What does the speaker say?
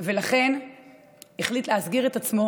הוא החליט להסגיר את עצמו